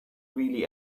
really